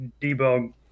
debug